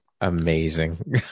Amazing